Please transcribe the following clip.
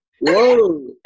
Whoa